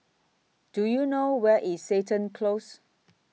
Do YOU know Where IS Seton Close